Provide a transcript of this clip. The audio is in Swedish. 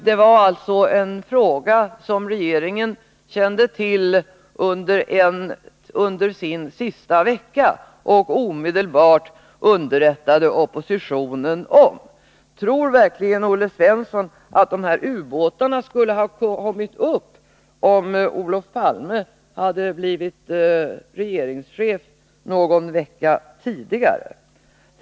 Det var alltså en fråga som den borgerliga regeringen kände till under sin sista vecka. Regeringen underrättade omedelbart oppositionen om detta. Tror verkligen Olle Svensson att ubåtarna skulle ha kommit upp om Olof Palme hade blivit regeringschef någon vecka tidigare?